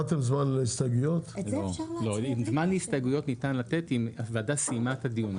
זמן להסתייגויות ניתן לתת אם הוועדה סיימה את הדיון.